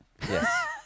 Yes